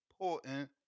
important